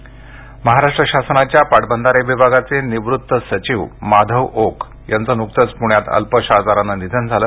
निधन महाराष्ट्र शासनाच्या पाटबंधारे विभागाचे निवृत्त सचिव माधव ओक यांचं नुकतंच पुण्यात अल्पशा आजारानं निधन झालं